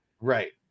right